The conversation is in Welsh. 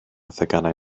theganau